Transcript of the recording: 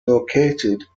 located